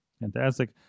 Fantastic